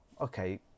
okay